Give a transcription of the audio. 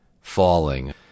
falling